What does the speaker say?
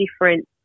different